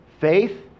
faith